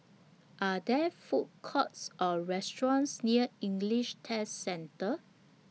Are There Food Courts Or restaurants near English Test Centre